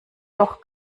doch